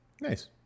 Nice